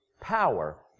power